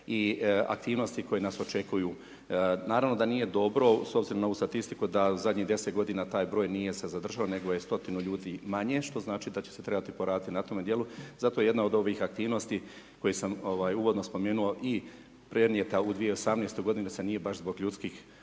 i aktivnosti koje nas očekuju. Naravno da nije dobro s obzirom na ovu statistiku da zadnji 10 godina taj broj nije se zadržao nego je 100-ina ljudi manje što znači da će se trebat poradit na tom dijelu, zato jedna od ovih aktivnosti koje sam uvodno spomenuo i prenijeta u 2018 godinu da se nije baš zbog ljudskih